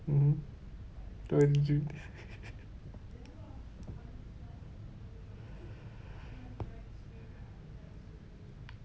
mmhmm two hundred